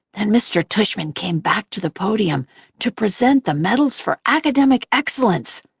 then mr. tushman came back to the podium to present the medals for academic excellence,